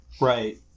Right